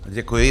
Děkuji.